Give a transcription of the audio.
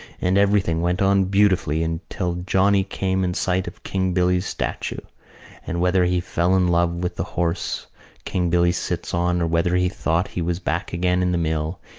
and everything went on beautifully until johnny came in sight of king billy's statue and whether he fell in love with the horse king billy sits on or whether he thought he was back again in the mill,